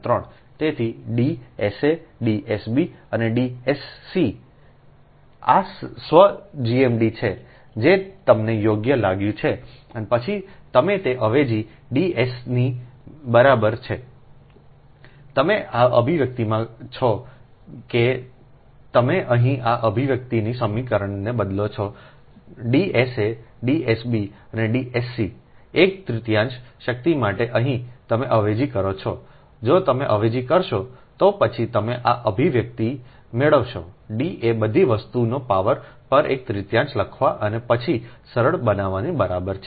તેથી D સા D S B અને D એસસી આ self સ્વ GMD છે જે તમને યોગ્ય લાગ્યું છે અને પછી તમે તે અવેજી D એસની બરાબર છે તમે આ અભિવ્યક્તિમાં છો કે તમે અહીં આ અભિવ્યક્તિના સમીકરણમાં બદલો છો D સા D એસબી અને D એસસી એક તૃતીયાંશ શક્તિ માટે અહીં તમે અવેજી કરો છોજો તમે અવેજી કરશો તો પછી તમે આ અભિવ્યક્તિ મેળવશો D એ બધી વસ્તુને પાવર પર એક તૃતીયાંશ લખવા અને પછી સરળ બનાવવાની બરાબર છે